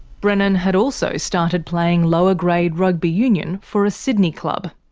brennan had also started playing lower grade rugby union for a sydney club.